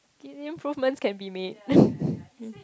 okay improvements can be made